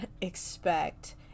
expect